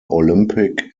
olympic